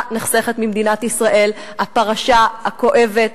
היתה נחסכת ממדינת ישראל הפרשה הכואבת,